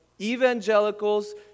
evangelicals